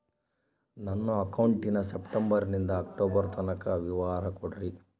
ನನ್ನ ಅಕೌಂಟಿನ ಸೆಪ್ಟೆಂಬರನಿಂದ ಅಕ್ಟೋಬರ್ ತನಕ ವಿವರ ಕೊಡ್ರಿ?